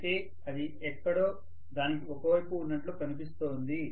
అయితే అది ఎక్కడో దానికి ఒక వైపు ఉన్నట్లు కనిపిస్తోంది